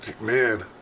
Man